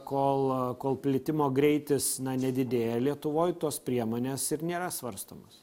kol kol plitimo greitis nedidėja lietuvoj tos priemonės ir nėra svarstomos